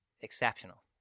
exceptional